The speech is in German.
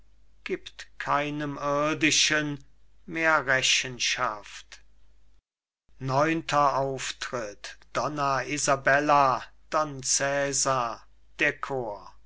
gibt keinem irdischen mehr rechenschaft neunter auftritt donna isabella don cesar der chor